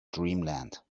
dreamland